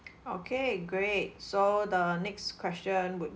okay great so the next question would